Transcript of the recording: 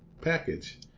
package